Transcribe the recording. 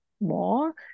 more